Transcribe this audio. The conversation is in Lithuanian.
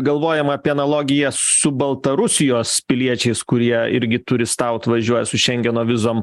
galvojama apie analogiją su baltarusijos piliečiais kurie irgi turistaut važiuoja su šengeno vizom